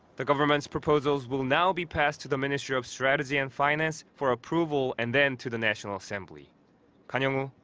the government's proposals will now be passed to the ministry of strategy and finance for approval and then to the national assembly. kan hyeong-woo,